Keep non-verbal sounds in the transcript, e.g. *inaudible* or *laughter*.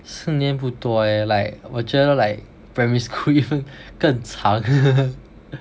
四年不多 leh like 我觉得 like primary school you 更长 *laughs*